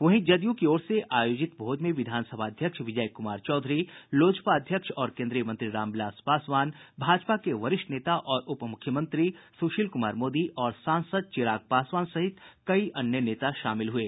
वहीं जदयू की ओर से आयोजित भोज में विधानसभा अध्यक्ष विजय कुमार चौधरी लोजपा अध्यक्ष और केन्द्रीय मंत्री रामविलास पासवान भाजपा के वरिष्ठ नेता और उपमुख्यमंत्री सुशील कुमार मोदी और सांसद चिराग पासवान सहित कई अन्य नेता शामिल हुये